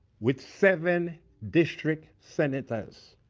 with seven district senators